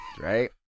right